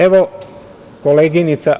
Evo, koleginica…